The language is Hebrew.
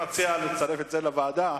מציע לצרף את זה לוועדה.